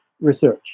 research